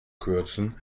kürzen